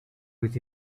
with